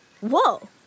Whoa